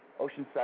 Oceanside